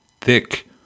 thick